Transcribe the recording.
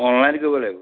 online কৰিব লাগিব